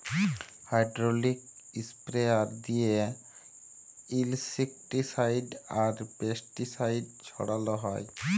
hydraulic sprayer দিঁয়ে insecticide আর pesticide ছড়াল হ্যয়